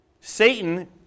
Satan